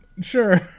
sure